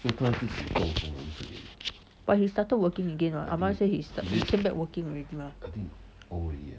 but he started working again [what] ahmed say he sta~ came back working already mah